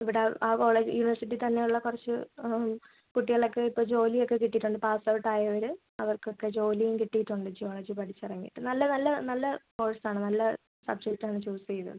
ഇവിടെ ആ ആ കോളേജ് യൂണിവേഴ്സിറ്റി തന്നെ ഉള്ള കുറച്ച് കുട്ടികളൊക്കെ ഇപ്പോൾ ജോലി ഒക്കെ കിട്ടിയിട്ടുണ്ട് പാസ്സൗട്ട് ആയവർ അവർക്കൊക്കെ ജോലിയും കിട്ടിയിട്ടുണ്ട് ജിയോളജി പഠിച്ച് ഇറങ്ങിയിട്ട് നല്ല നല്ല നല്ല കോഴ്സ് ആണ് നല്ല സബ്ജെക്ട് ആണ് ചൂസ് ചെയ്തത്